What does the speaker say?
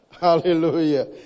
Hallelujah